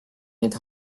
neid